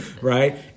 right